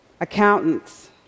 accountants